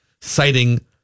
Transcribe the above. citing